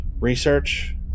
research